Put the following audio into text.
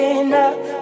enough